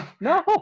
no